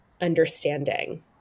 understanding